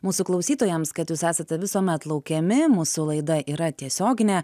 mūsų klausytojams kad jūs esate visuomet laukiami mūsų laida yra tiesioginė